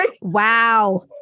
Wow